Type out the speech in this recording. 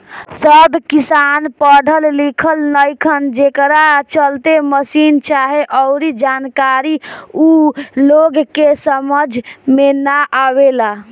सब किसान पढ़ल लिखल नईखन, जेकरा चलते मसीन चाहे अऊरी जानकारी ऊ लोग के समझ में ना आवेला